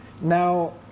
now